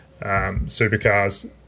supercars